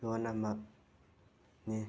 ꯂꯣꯟ ꯑꯃ ꯅꯤ